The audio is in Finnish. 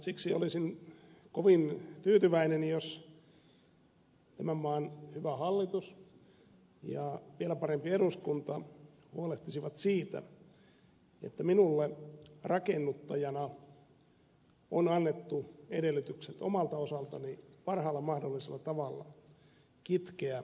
siksi olisin kovin tyytyväinen jos tämän maan hyvä hallitus ja vielä parempi eduskunta huolehtisivat siitä että minulle rakennuttajana on annettu edellytykset omalta osaltani parhaalla mahdollisella tavalla kitkeä harmaata taloutta